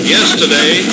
Yesterday